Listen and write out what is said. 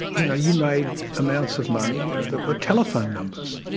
you know you made amounts of money that were telephone numbers!